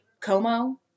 Como